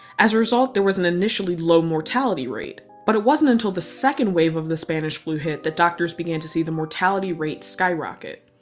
as a result there was an initially low mortality rate. but it wasn't until the second wave of the spanish flu hit that doctors began to see the mortality rate skyrocket.